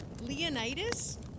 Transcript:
Leonidas